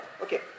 okay